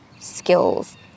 skills